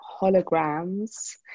holograms